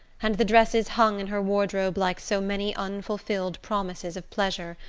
and the dresses hung in her wardrobe like so many unfulfilled promises of pleasure,